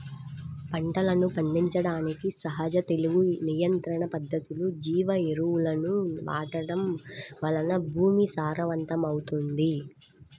పంటలను పండించడానికి సహజ తెగులు నియంత్రణ పద్ధతులు, జీవ ఎరువులను వాడటం వలన భూమి సారవంతమవుతుంది